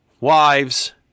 wives